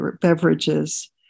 beverages